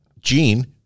gene